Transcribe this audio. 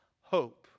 hope